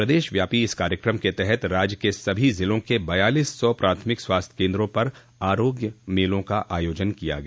प्रदेश व्यापी इस कार्यकम के तहत राज्य के सभी ज़िलों के बयालीस सौ प्राथमिक स्वास्थ्य केन्द्रों पर आरोग्य मेलों का आयोजन किया गया